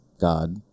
God